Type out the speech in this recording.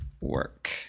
work